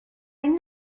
این